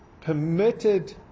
permitted